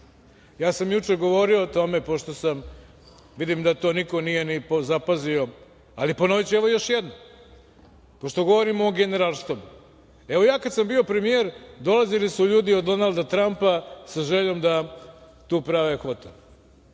Ja sam juče govorio o tome pošto sam, vidim da to niko nije ni zapazio, ali ponoviću evo još jednom. Pošto govorimo o Generalštabu, evo ja kada sam bio premijer dolazili su ljudi od Donalda Trampa sa željom da tu prave kvote.